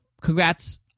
congrats